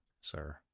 sir